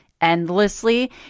endlessly